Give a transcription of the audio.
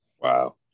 Wow